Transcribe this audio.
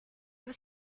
veux